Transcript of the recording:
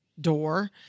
door